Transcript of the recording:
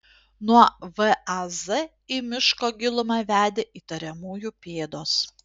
nuo vaz į miško gilumą vedė įtariamųjų pėdos